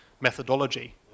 methodology